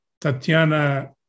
Tatiana